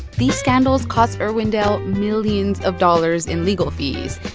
these scandals cost irwindale millions of dollars in legal fees,